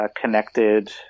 connected